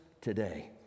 today